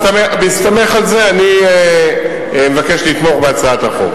בהסתמך על זה אני אבקש לתמוך בהצעת החוק.